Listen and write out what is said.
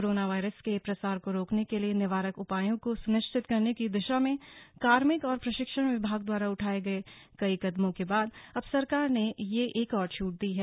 corona virus के प्रसार को रोकने के लिए निवारक उपायों को सुनिश्चित करने की दिशा में कार्मिक और प्रशिक्षण विभाग द्वारा उठाए गए कई कदमों के बाद अब सरकार ने यह एक और छूट दी है